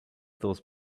those